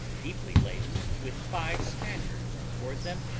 deeply laden, with five spaniards on board them,